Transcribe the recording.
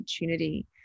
opportunity